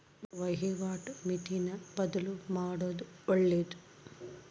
ವಹಿವಾಟು ಮಿತಿನ ಬದ್ಲುಮಾಡೊದು ಒಳ್ಳೆದು